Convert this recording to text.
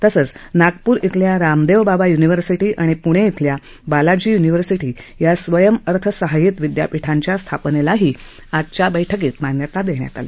तसंच नागपूर येथील रामदेवबाबा य्निव्हर्सिटी आणि प्णे येथील बालाजी य्निव्हर्सिटी या स्वयंअर्थसहाय्यित विद्यापीठांच्या स्थापनेलाही मान्यता देण्यात आली